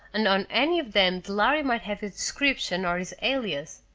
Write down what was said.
and on any of them the lhari might have his description, or his alias!